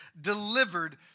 delivered